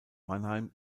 mannheim